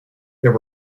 there